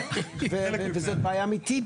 וזאת בעיה אמיתית